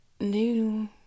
new